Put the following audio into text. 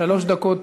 שלוש דקות